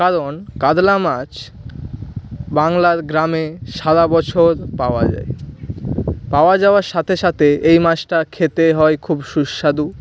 কারণ কাতলা মাছ বাংলার গ্রামে সারা বছর পাওয়া যায় পাওয়া যাওয়ার সাথে সাথে এই মাছটা খেতে হয় খুব সুস্বাদু